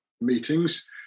meetings